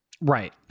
Right